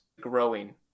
growing